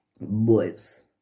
boys